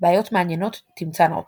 בעיות מעניינות תמצאנה אותך.